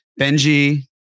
Benji